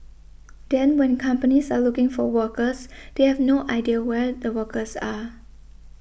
then when companies are looking for workers they have no idea where the workers are